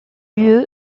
lieu